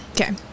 Okay